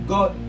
God